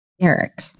Eric